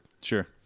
Sure